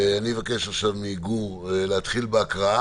אני אבקש מגור להתחיל בהקראה.